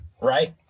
right